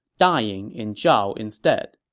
dying in zhao instead